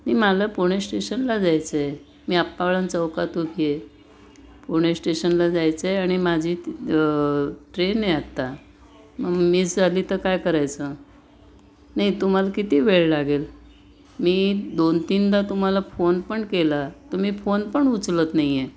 नाही मला पुणे स्टेशनला जायचं आहे मी आप्पाळां चौकात उभी आहे पुणे स्टेशनला जायचं आहे आणि माझी ट्रेन आहे आत्ता मीस झाली तर काय करायचं नाही तुम्हाला किती वेळ लागेल मी दोन तीनदा तुम्हाला फोन पण केला तुम्ही फोन पण उचलत नाही आहे